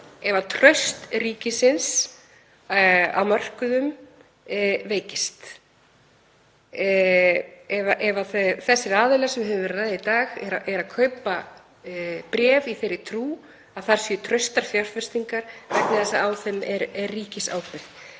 ef traust ríkisins á mörkuðum veikist, ef þeir aðilar sem við höfum rætt um í dag kaupa bréf í þeirri trú að þar séu traustar fjárfestingar vegna þess að á þeim er ríkisábyrgð.